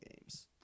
games